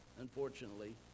unfortunately